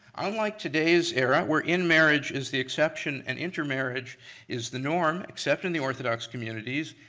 unlike today's era, where in-marriage is the exception and intermarriage is the norm, except in the orthodox communities,